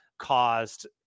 Caused